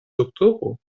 doktoro